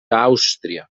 àustria